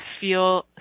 feel